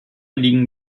liegen